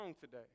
today